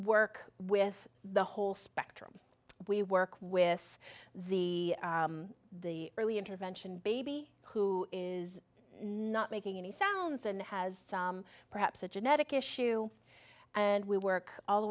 work with the whole spectrum we work with the the early intervention baby who is not making any sounds and has perhaps a genetic issue and we work all the